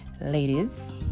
ladies